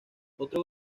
otro